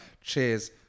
Cheers